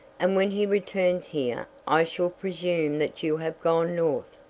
and when he returns here i shall presume that you have gone north.